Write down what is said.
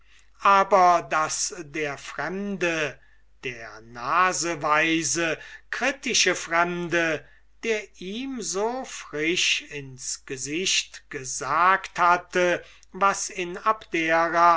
aber daß der fremde der naseweise kritische fremde der ihm so frisch ins gesicht gesagt hatte was in abdera